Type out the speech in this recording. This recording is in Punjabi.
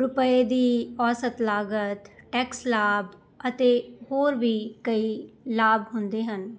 ਰੁਪਏ ਦੀ ਔਸਤ ਲਾਗਤ ਟੈਕਸ ਲਾਭ ਅਤੇ ਹੋਰ ਵੀ ਕਈ ਲਾਭ ਹੁੰਦੇ ਹਨ